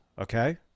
okay